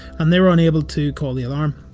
and they were unable to call the alarm.